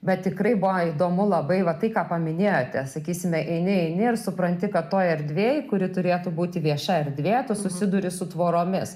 bet tikrai buvo įdomu labai va tai ką paminėjote sakysime eini eini ir supranti kad toj erdvėj kuri turėtų būti vieša erdvė tu susiduri su tvoromis